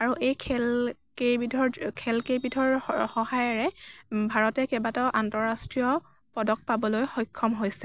আৰু এই খেলকেইবিধৰ খেলকেইবিধৰ স সহায়েৰে ভাৰতে কেইবাটাও আন্তৰাষ্ট্ৰীয় পদক পাবলৈ সক্ষম হৈছে